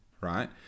right